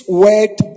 word